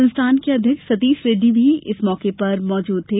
संस्थान के अध्यक्ष सतीश रेड्डी भी इस मौके पर मौजूद थे